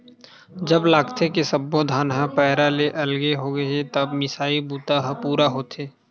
जब लागथे के सब्बो धान ह पैरा ले अलगे होगे हे तब मिसई बूता ह पूरा होथे